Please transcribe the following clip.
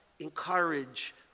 encourage